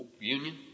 Union